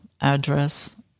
address